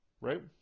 right